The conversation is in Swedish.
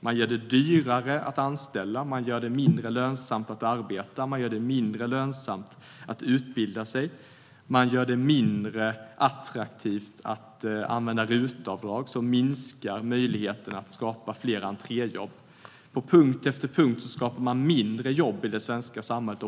Man gör det dyrare att anställa, mindre lönsamt att arbeta och utbilda sig och mindre attraktivt att använda RUT-avdrag, vilket minskar möjligheten att skapa fler entréjobb. På punkt efter punkt skapar man färre jobb i det svenska samhället.